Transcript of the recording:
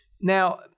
Now